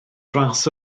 ras